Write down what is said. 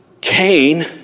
Cain